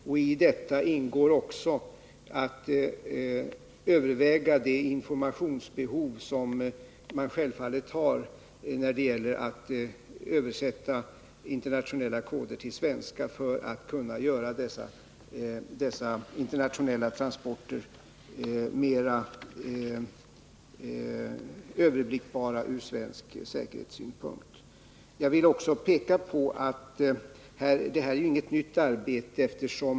I utredningens direktiv ingår också att överväga det informationsbehov som man självfallet har när det gäller att översätta internationella koder till svenska för att kunna göra dessa internationella transporter mera överblickbara ur svensk säkerhetssynpunkt. Jag vill också peka på att det här är ju inget nytt arbete.